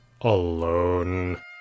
alone